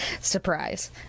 Surprise